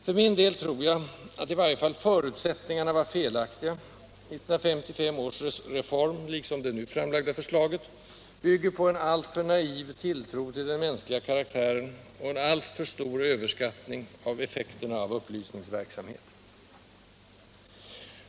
För min del tror jag att i varje fall förutsättningarna var felaktiga: 1955 års reform, liksom det nu framlagda förslaget, bygger på en alltför naiv tilltro till den mänskliga karaktären och en alltför stor överskattning av effekterna av upplysningsverksamhet.